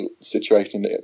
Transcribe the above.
situation